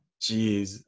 Jeez